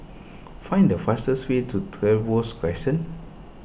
find the fastest way to Trevose Crescent